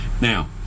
Now